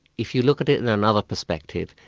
if you look at it in another perspective,